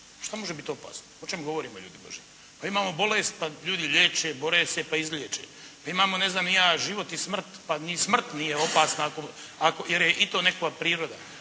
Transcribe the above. što može biti opasno, o čemu govorimo ljudi božji? Pa imamo bolest, pa ljudi liječe, bore se pa izliječe. Imamo, ne znam ni ja, život i smrt pa ni smrt nije opasna jer i to je nekakva priroda.